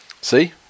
See